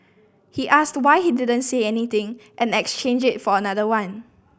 he asked why he didn't say anything and exchange it for another one